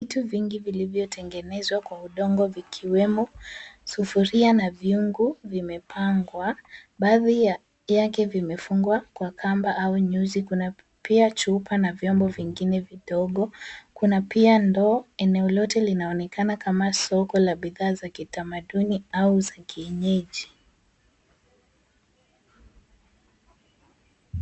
Vitu vingi vilivyo tengenezwa kwa udongo vikiwemo sufuria na vyungu vimepangwa .Baadhi yake vimefungwa kwa kamba na nyuzi. Kuna pia chupa na vyombo vingine, kuna pia ndoo. Eneo lote linaonekana kama soko la bidhaa za kitamaduni au za kienyeji.